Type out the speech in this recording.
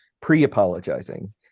pre-apologizing